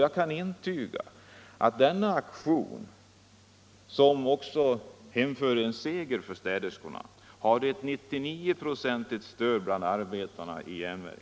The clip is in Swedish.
Jag kan intyga att denna aktion, som medförde en seger för städerskorna, hade ett 99-procentigt stöd bland arbetarna vid järnverket.